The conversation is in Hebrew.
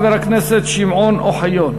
חבר הכנסת שמעון אוחיון.